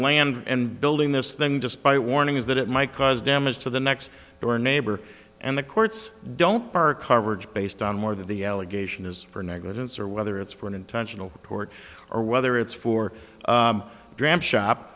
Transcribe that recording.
land and building this thing despite warnings that it might cause damage to the next door neighbor and the courts don't bar coverage based on more than the allegation is for negligence or whether it's for an intentional court or whether it's for dram shop